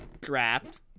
draft